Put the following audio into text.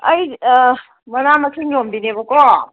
ꯑꯩ ꯃꯅꯥ ꯃꯁꯤꯡ ꯌꯣꯟꯕꯤꯅꯦꯕꯀꯣ